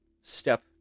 step